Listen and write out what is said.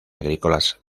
agrícolas